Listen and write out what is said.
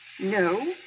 No